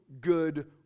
good